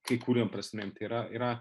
kai kuriom prasmėm tai yra yra